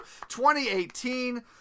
2018